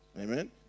Amen